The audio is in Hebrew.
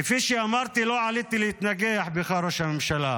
כפי שאמרתי, לא עליתי להתנגח בך, ראש הממשלה.